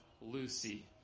Lucy